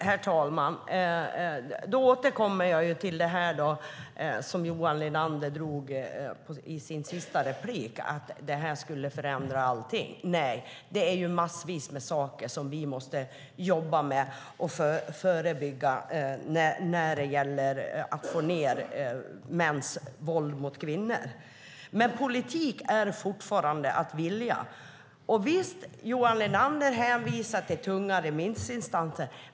Herr talman! Då återkommer jag till det som Johan Linander tog upp i sitt senaste inlägg, att det skulle förändra allting. Nej, det är ju massvis med saker som vi måste jobba med och förebygga när det gäller att få ned mäns våld mot kvinnor. Men politik är fortfarande att vilja. Johan Linander hänvisar till tunga remissinstanser.